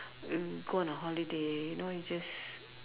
mm go on a holiday you know you just